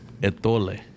etole